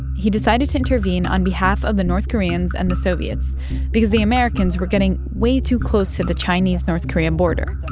he decided to intervene on behalf of the north koreans and the soviets because the americans were getting way too close to the chinese-north korean border,